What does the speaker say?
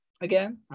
Again